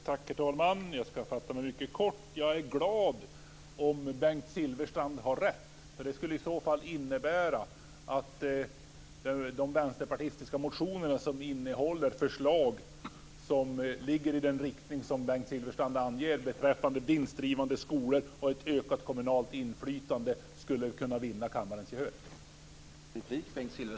Herr talman! Jag ska fatta mig kort. Jag är glad om Bengt Silfverstrand har rätt, för det skulle innebära att de vänsterpartistiska motioner som innehåller förslag som ligger i den riktning som Bengt Silfverstrand anger beträffande vinstdrivande skolor och ett ökat kommunalt inflytande skulle kunna vinna kammarens gehör.